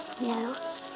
No